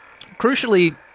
Crucially